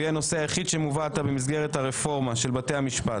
והיא הנושא היחיד שמובא עתה במסגרת הרפורמה של בתי המשפט.